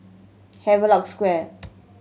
Havelock Square